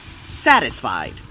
satisfied